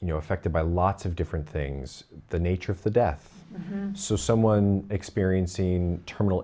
you know affected by lots of different things the nature of the death so someone experienced scene terminal